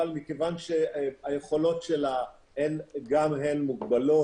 אבל מכיוון שהיכולות שלה גם הן מוגבלות,